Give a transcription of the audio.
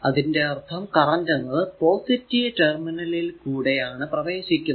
അതിന്റെ അർഥം കറന്റ് എന്നത് പോസിറ്റീവ് ടെർമിനലിൽ കൂടെ ആണ് പ്രവേശിക്കുന്നത്